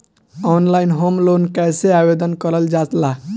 Online home loan कैसे आवेदन करल जा ला?